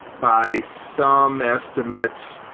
by some estimates,